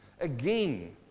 Again